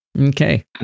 Okay